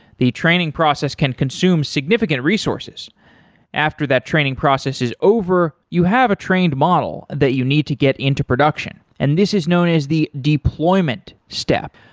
the training process can consume significant resources after that training process is over, you have a trained model that you need to get into production, and this is known as the deployment step.